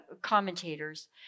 commentators